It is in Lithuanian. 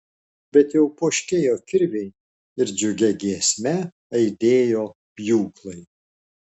bet jau poškėjo kirviai ir džiugia giesme aidėjo pjūklai